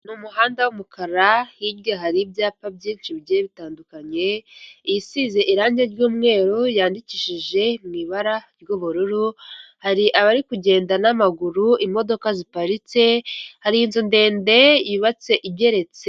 Ni umuhanda w'umukara hirya hari ibyapa byinshi bigiye bitandukanye, isize irangi ry'umweru, yandikishije mu ibara ry'ubururu, hari abari kugenda n'amaguru, imodoka ziparitse hari inzu ndende yubatse igeretse.